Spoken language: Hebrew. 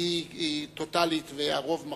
היא טוטלית והרוב מכריע,